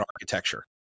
architecture